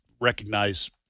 recognize